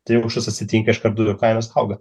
tai jeigu kažkas atsitinka iškart dujų kainos auga